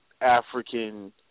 African